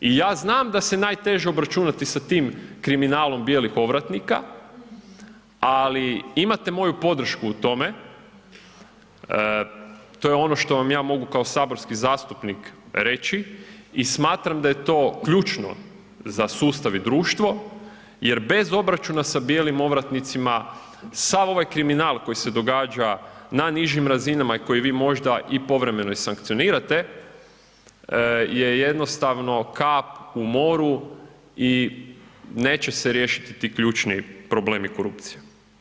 I ja znam da se najteže obračunati sa tim kriminalom bijelih ovratnika, ali imate moju podršku u tome, to je ono što vam ja mogu kao saborski zastupnik reći, i smatram da je to ključno za sustav i društvo, jer bez obračuna sa bijelim ovratnicima sav ovaj kriminal koji se događa na nižim razinama, i koji vi možda i povremeno i sankcionirate je jednostavno kap u moru, i neće se riješiti ti ključni problemi korupcije.